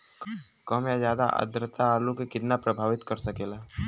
कम या ज्यादा आद्रता आलू के कितना प्रभावित कर सकेला?